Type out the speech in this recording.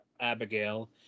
Abigail